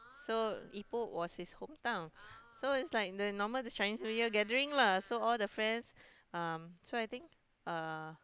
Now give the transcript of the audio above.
so Ipoh was his hometown so it's like the normal the Chinese-New-Year gathering lah so all the friends um so I think uh